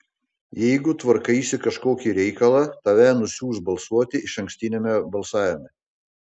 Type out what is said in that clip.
jeigu tvarkaisi kažkokį reikalą tave nusiųs balsuoti išankstiniame balsavime